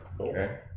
Okay